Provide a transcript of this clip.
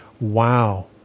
wow